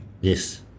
Yes